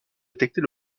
détecter